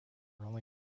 only